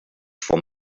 from